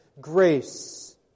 grace